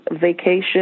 vacation